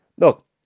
Look